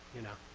you know.